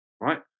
right